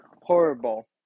horrible